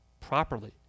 properly